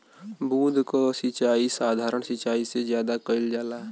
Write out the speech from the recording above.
बूंद क सिचाई साधारण सिचाई से ज्यादा कईल जाला